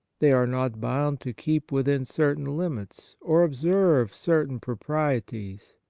they are not bound to keep within certain limits or observe certain proprieties.